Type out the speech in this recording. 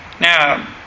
Now